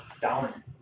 down